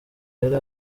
yari